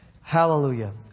Hallelujah